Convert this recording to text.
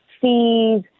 fees